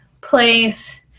place